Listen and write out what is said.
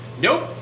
Nope